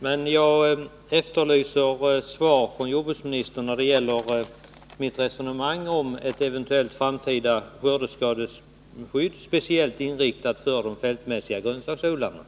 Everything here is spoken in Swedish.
Men jag efterlyser svar från jordbruksministern när det gäller mitt resonemang om ett eventuellt framtida skördeskadeskydd, speciellt inriktat på de fältmässiga grönsaksodlingarna.